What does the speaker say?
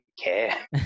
care